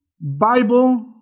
Bible